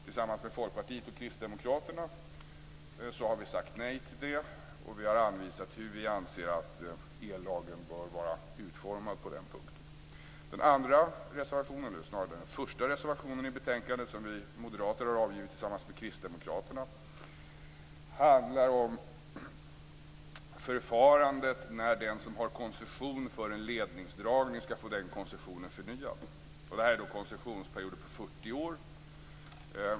Tillsammans med Folkpartiet och Kristdemokraterna har vi sagt nej till det. Vi har anvisat hur vi anser att ellagen bör vara utformad på den punkten. Den första reservationen i betänkandet, som vi moderater har avgivit tillsammans med Kristdemokraterna, handlar om förfarandet när den som har koncession för en ledningsdragning skall få den koncessionen förnyad. Det är koncessionsperioder på 40 år.